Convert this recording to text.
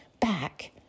back